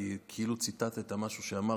כי כאילו ציטטת משהו שאמרתי.